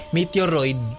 Meteoroid